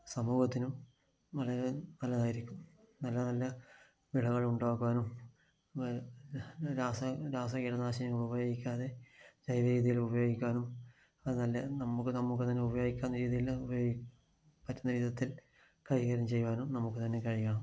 സമൂഹത്തിനും വളരെ നല്ലതായിരിക്കും നല്ല നല്ല വിളകൾ ഉണ്ടാക്കുവാനും രാസ കീടനാശികൾ ഉപയോഗിക്കാതെ ജൈവ രീതിയിൽ ഉപയോഗിക്കാനും അത് നല്ല നമുക്ക് നമുക്കു തന്നെ ഉപയോഗിക്കാവുന്ന രീതിയിൽ പറ്റുന്ന തരത്തിൽ കൈകാര്യം ചെയ്യുവാനും നമുക്ക് തന്നെ കഴിയണം